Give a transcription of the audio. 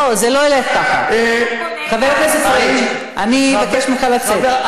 אולי תאמר לנו למה אתה מתנגד לחוק של בני בגין.